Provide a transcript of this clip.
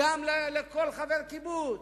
וגם לכל חבר קיבוץ,